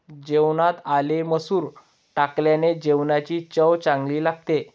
जेवणात आले मसूर टाकल्याने जेवणाची चव चांगली लागते